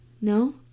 no